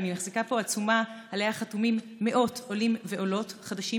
ואני מחזיקה פה עצומה שעליה חתומים מאות עולים ועולות חדשים